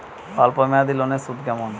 অল্প মেয়াদি লোনের সুদ কেমন?